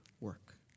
work